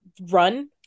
run